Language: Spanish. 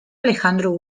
alejandro